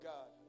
God